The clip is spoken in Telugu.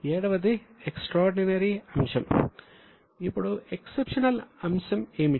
ఇప్పుడు ఎక్సెప్షనల్ అంశం ఏమిటి